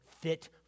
fit